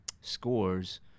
scores